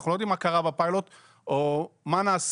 אנחנו לא יודעים מה קרה בפיילוט או מה נעשה